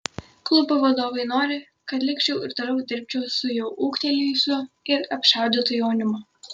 klubo vadovai nori kad likčiau ir toliau dirbčiau su jau ūgtelėjusiu ir apšaudytu jaunimu